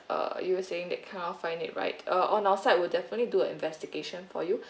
uh you were saying they cannot find it right uh on our side we'll definitely do a investigation for you